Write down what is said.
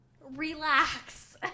relax